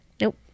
Nope